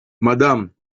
madame